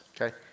okay